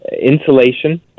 insulation